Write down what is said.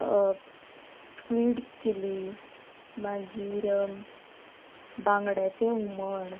squids chilli मागीर बांगड्यांचें हुमण